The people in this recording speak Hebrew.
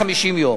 יום.